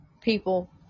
people